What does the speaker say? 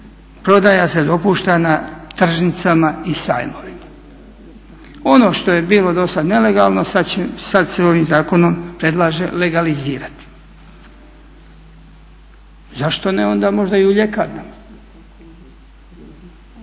prodaja se dopušta na tržnicama i sajmovima. Ono što je bilo dosad nelegalno sad će se ovim zakonom predlaže legalizirati. Zašto ne onda možda i u ljekarnama?